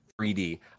3d